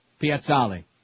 Piazzale